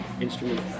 instrument